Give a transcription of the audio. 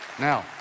Now